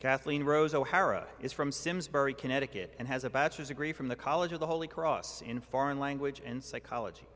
kathleen rose o'hara is from simsbury connecticut and has a bachelor's degree from the college of the holy cross in foreign language and psychology